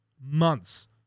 months